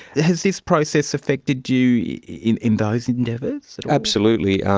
has this process affected you in in those endeavours? absolutely.